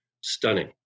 Stunning